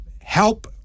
help